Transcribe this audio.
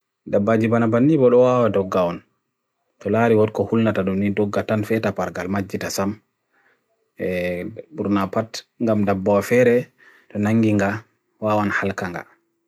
Rawaandu e porcupine hokkita fiijooji downgal mboyata. Porcupine hokkita, ndiyanji ciiɓe laawol siwi fowru, puccu mo baydi.